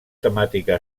temàtica